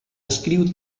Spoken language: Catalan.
descriu